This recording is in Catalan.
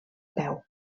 peu